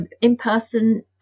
in-person